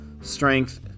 strength